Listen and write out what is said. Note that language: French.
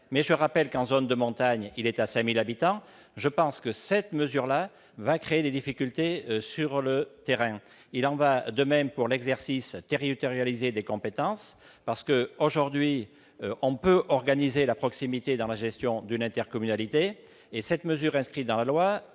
dont je rappelle qu'il est, en zone de montagne, de 5 000 habitants. Je pense que cette mesure créera des difficultés sur le terrain. Il en va de même pour l'exercice territorialisé des compétences : alors que, aujourd'hui, on peut organiser la proximité dans la gestion d'une intercommunalité, la mesure inscrite dans la